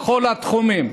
בכל התחומים.